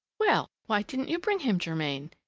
well! why didn't you bring him, germain?